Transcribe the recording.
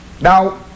Now